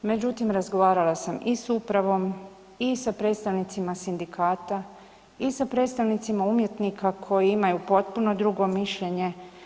Međutim, razgovarala sam i s upravom i sa predstavnicima sindikata i sa predstavnicima umjetnika koji imaju potpuno drugo mišljenje.